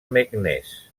meknès